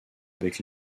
avec